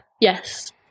yes